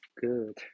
good